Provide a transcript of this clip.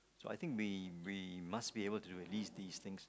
so I think we we must be able to do at least these things